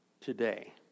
today